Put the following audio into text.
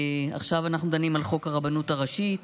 עכשיו אנחנו דנים על חוק הרבנות הראשית,